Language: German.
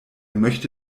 möchte